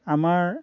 আমাৰ